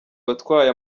watwaye